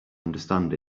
understand